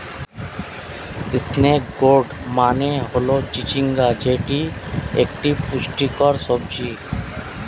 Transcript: snake gourd মানে হল চিচিঙ্গা যেটি একটি পুষ্টিকর সবজি